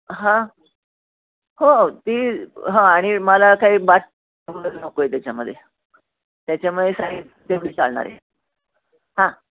हां हो ती हं आणि मला काही बात नको आहे त्याच्यामध्ये त्याच्यामुळे साइज तेवढी चालणार आहे हां